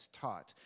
taught